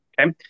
Okay